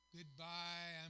Goodbye